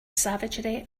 savagery